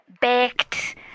baked